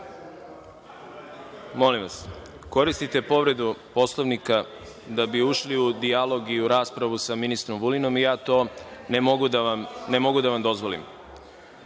Molim vas, koristite povredu Poslovnika da bi ušli u dijalog i u raspravu sa ministrom Vulinom i to ne mogu da vam